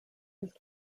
his